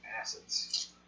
acids